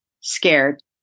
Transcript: Scared